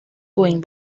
going